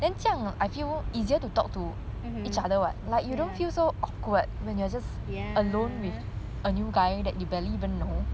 mmhmm mm ya